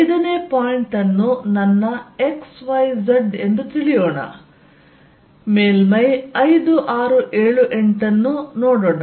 5 ನೇ ಪಾಯಿಂಟ್ ಅನ್ನು ನನ್ನ x y z ಎಂದು ತಿಳಿಯೋಣ ಮೇಲ್ಮೈ 5 6 7 8 ಅನ್ನು ನೋಡೋಣ